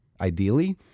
ideally